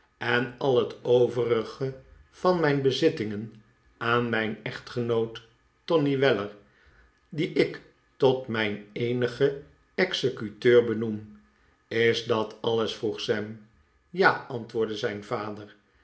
en al het overige van mijn bezittingen aan mijn echtgenoot tony weller dien ik tot mijn eenigen executeur benoem is dat alles vroeg sam ja antwoordde zijn vader